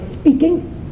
speaking